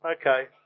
okay